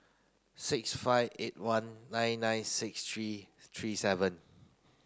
six five eight one nine nine six three three seven